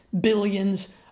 billions